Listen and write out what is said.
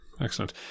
excellent